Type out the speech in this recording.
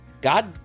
god